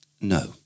No